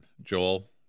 Joel